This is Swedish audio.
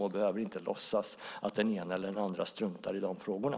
Vi behöver inte låtsas att den ena eller andra struntar i de frågorna.